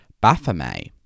Baphomet